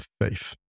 faith